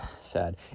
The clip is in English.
sad